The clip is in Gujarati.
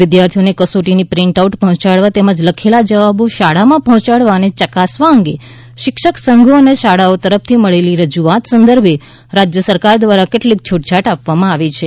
વિદ્યાર્થીઓને કસોટીની પ્રિન્ટ આઉટ પહોંચાડવા તેમજ લખેલા જવાબો શાળામાં પર્હોચાડવા અને ચકાસવા અંગે શિક્ષક સંઘો અને શાળાઓ તરફથી મળેલ રજૂઆત સંદર્ભે રાજ્ય સરકાર દ્વારા કેટલીક છૂટછાટ આપવામાં આવી છિ